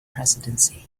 presidency